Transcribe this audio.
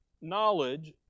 knowledge